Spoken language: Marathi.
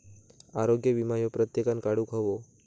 आरोग्य वीमो प्रत्येकान काढुक हवो